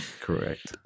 correct